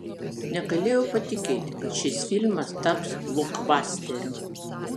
negalėjau patikėti kad šis filmas taps blokbasteriu